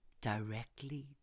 directly